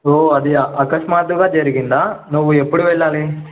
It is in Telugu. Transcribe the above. ఓ అది అకస్మాతుగా జరిగిందా నువ్వు ఎప్పుడు వెళ్ళాలి